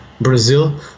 brazil